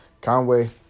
Conway